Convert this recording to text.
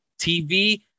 TV